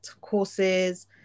courses